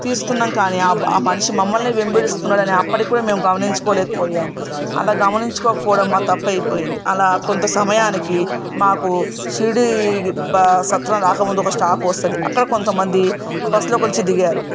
తీస్తున్నాం కానీ ఆ మనిషి మమ్మలనే వెంబడిస్తున్నాడని అప్పటికి కూడా మేం గమనించుకోలేకపోయాము అలా గమనించుకోకపోవడం మా తప్పు అయిపోయింది అలా కొంత సమయానికి మాకు షిరిడి సత్రం రాకముందు ఒక స్టాప్ వస్తుంది అక్కడ కొంతమంది బస్సులో నుంచి దిగారు